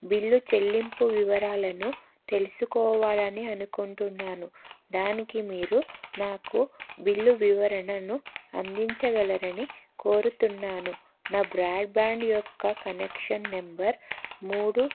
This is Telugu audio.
బిల్లు చెల్లింపు వివరాలను తెలుసుకోవాలని అనుకుంటున్నాను దానికి మీరు నాకు బిల్లు వివరణను అందించగలరని కోరుతున్నాను నా బ్రాడ్బ్యాండ్ యొక్క కనెక్షన్ నెంబర్ మూడు